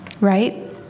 Right